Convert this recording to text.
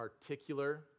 particular